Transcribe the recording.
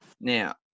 Now